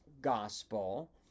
gospel